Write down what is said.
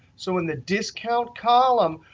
so in the discount column,